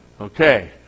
Okay